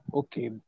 okay